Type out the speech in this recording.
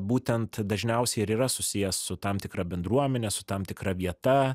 būtent dažniausiai ir yra susijęs su tam tikra bendruomene su tam tikra vieta